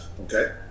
okay